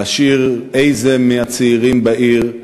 להשאיר מישהו מהצעירים בעיר,